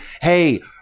Hey